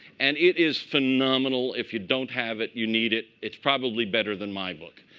and it is phenomenal. if you don't have it, you need it. it's probably better than my book.